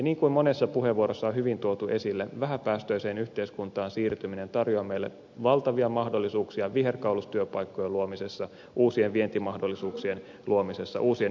niin kuin monessa puheenvuorossa on hyvin tuotu esille vähäpäästöiseen yhteiskuntaan siirtyminen tarjoaa meille valtavia mahdollisuuk sia viherkaulustyöpaikkojen luomisessa uusien vientimahdollisuuksien luomisessa uusien yritysten rakentamisessa